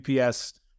UPS